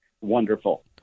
wonderful